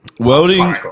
Welding